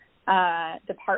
department